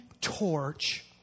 torch